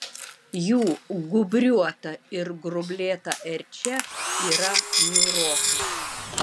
jų gūbriuota ir grublėta erčia yra niūroka